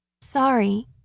Sorry